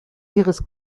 ihres